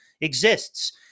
exists